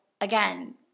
Again